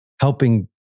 helping